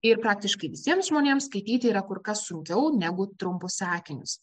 ir praktiškai visiems žmonėms skaityti yra kur kas sunkiau negu trumpus sakinius